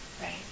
Right